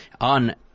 on